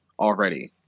already